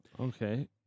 Okay